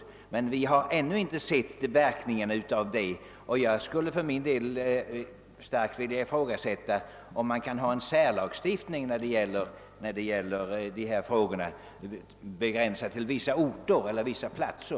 Vi har emellertid ännu inte sett verkningarna i sådana fall, och jag skulle för min del vilja starkt ifrågasätta, om man på detta område kan ha en särlagstiftning begränsad till vissa orter.